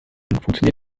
funktioniert